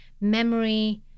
memory